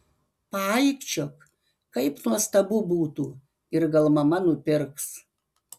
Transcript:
paaikčiok kaip nuostabu būtų ir gal mama nupirks